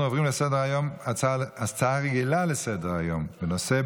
אנחנו עוברים להצעה רגילה לסדר-היום בנושא: